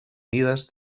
mides